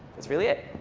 that's really it.